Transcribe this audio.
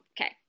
Okay